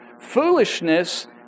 Foolishness